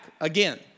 again